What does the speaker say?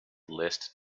list